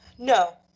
No